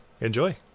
enjoy